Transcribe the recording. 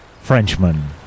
Frenchman